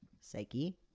psyche